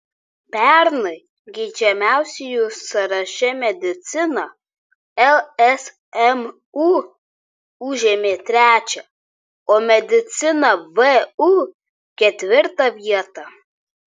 pernai geidžiamiausiųjų sąraše medicina lsmu užėmė trečią o medicina vu ketvirtą vietą